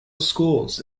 schools